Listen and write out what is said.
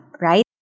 right